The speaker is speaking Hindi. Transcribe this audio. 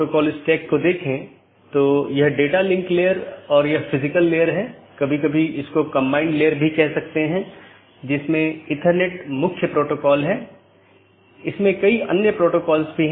AS नंबर जो नेटवर्क के माध्यम से मार्ग का वर्णन करता है एक BGP पड़ोसी अपने साथियों को पाथ के बारे में बताता है